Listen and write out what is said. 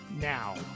now